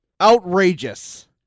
Outrageous